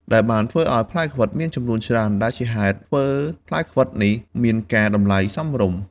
ដែលបានធ្វើឲ្យផ្លែខ្វិតមានចំនួនច្រើន ដែលជាហេតុធ្វើផ្លែខ្វិតនេះមានការតម្លៃ សមរម្យ ។